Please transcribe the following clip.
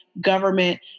government